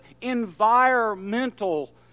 environmental